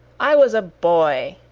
i was a boy,